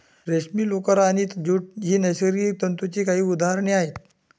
रेशीम, लोकर आणि ज्यूट ही नैसर्गिक तंतूंची काही उदाहरणे आहेत